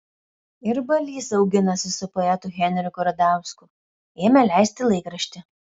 ir balys auginasi su poetu henriku radausku ėmė leisti laikraštį